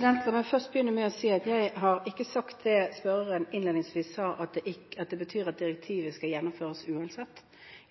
La meg først begynne med å si at jeg ikke har sagt det spørreren innledningsvis sa, at det betyr at direktivet skal gjennomføres uansett.